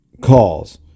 calls